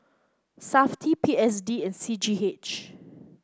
Safti P S D and C G H